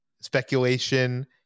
speculation